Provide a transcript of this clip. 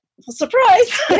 Surprise